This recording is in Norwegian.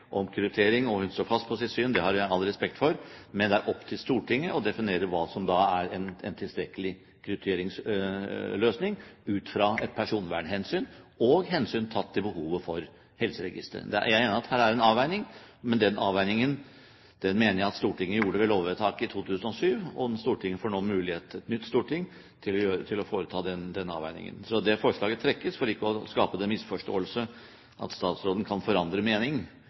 og hun står fast på sitt syn – det har jeg all respekt for. Men det er opp til Stortinget å definere hva som er en tilstrekkelig krypteringsløsning, ut fra et personvernhensyn og hensynet tatt til behovet for helseregistrene. Jeg er enig i at her er det en avveining, men den avveiningen mener jeg at Stortinget gjorde ved lovvedtaket i 2007, og et nytt storting får nå muligheten til å foreta den avveiningen. Så det forslaget trekkes, for ikke å skape den misforståelse at statsråden kan forandre mening